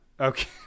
Okay